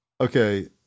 Okay